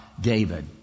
David